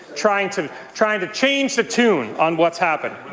trying to trying to change the tune on what's happened.